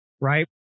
right